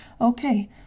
Okay